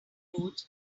approach